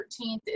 13th